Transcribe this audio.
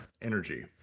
energy